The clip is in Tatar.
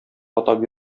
атап